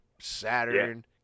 Saturn